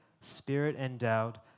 spirit-endowed